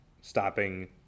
stopping